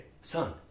Son